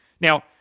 Now